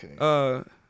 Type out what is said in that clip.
okay